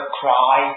cry